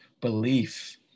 belief